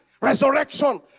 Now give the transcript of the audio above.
resurrection